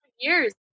years